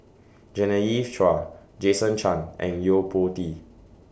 Genevieve Chua Jason Chan and Yo Po Tee